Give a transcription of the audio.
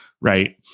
Right